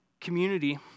community